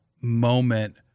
moment